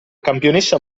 campionessa